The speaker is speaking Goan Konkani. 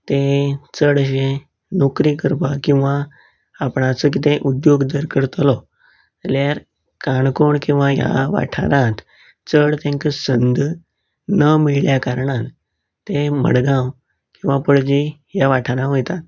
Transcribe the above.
तें चडशें नोकरी करपाक किंवां आपणाचो कितेंय उद्द्योक जर करतलो जाल्यार काणकोण किंवां ह्या वाठारांत चड तेंकां संद ना मिळल्या कारणान ते मडगांव किंवां पणजी ह्या वाठारांत वयतात